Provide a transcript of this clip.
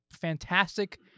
fantastic